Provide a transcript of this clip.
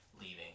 leaving